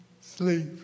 Sleep